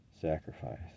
sacrifice